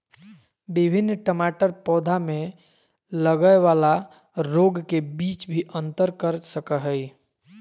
विभिन्न टमाटर के पौधा में लगय वाला रोग के बीच भी अंतर कर सकय हइ